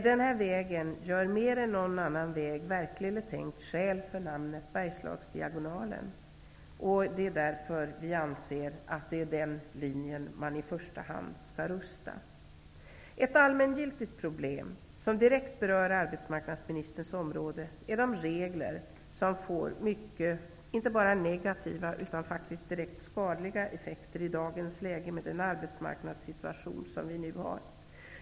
Den här vägen gör mer än någon annan väg, verkligt eller tänkt, skäl för namnet Bergslagsdiagonalen. Det är därför vi anser att det är den linjen man i första hand skall rusta upp. Ett allmängiltigt problem -- som direkt berör arbetsmarknadsministerns område -- är de regler som får mycket inte bara negativa utan direkt skadliga effekter i dagens läge med den arbetsmarknadssituation som vi nu har.